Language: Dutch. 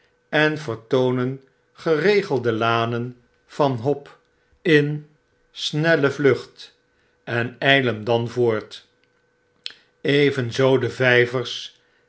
en vertoonen geregelde lanen van hop in snelle vlucht en glen dan voort evenzoo de vjjv'ers